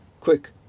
quick